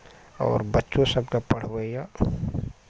आओर बच्चो सबके पढ़बैया